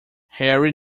harry